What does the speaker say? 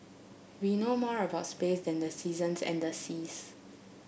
we know more about space than the seasons and the seas